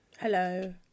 Hello